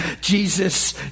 Jesus